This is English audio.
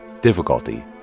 Difficulty